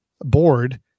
board